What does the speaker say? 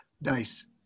Nice